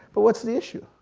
but what's the issue?